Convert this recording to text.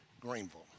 Greenville